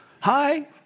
hi